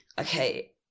okay